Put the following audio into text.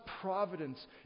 providence